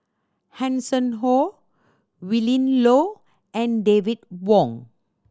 Hanson Ho Willin Low and David Wong